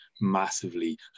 massively